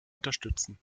unterstützen